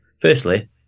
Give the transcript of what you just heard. Firstly